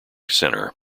center